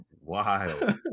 wild